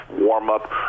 warm-up